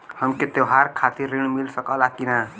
हमके त्योहार खातिर त्रण मिल सकला कि ना?